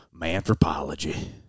Manthropology